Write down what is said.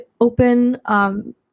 open